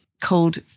called